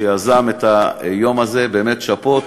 שיזם את היום הזה: באמת שאפו.